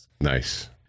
Nice